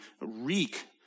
reek